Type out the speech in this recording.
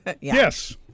Yes